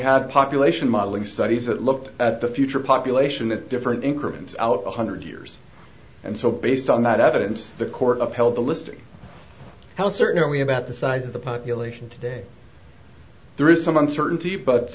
had population modeling studies that looked at the future population at different increments out a hundred years and so based on that evidence the court upheld the listing how certain are we about the size of the population today there is some uncertainty